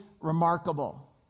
remarkable